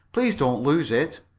please don't lose it.